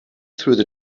through